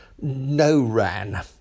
no-ran